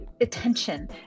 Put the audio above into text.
Attention